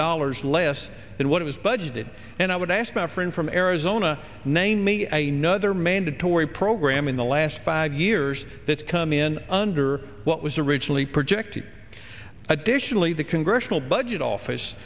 dollars less than what it was budgeted and i would ask my friend from arizona name me a nother mandatory program in the last five years that come in under what was originally projected additionally the congressional budget office